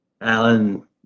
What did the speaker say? Alan